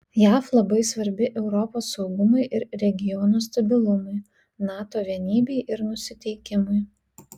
jav labai svarbi europos saugumui ir regiono stabilumui nato vienybei ir nusiteikimui